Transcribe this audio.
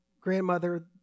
grandmother